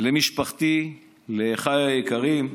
למשפחתי ולאחיי היקרים,